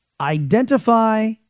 identify